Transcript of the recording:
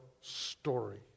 story